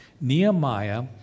Nehemiah